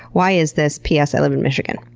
why is this? p s. i live in michigan.